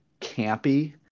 campy